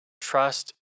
trust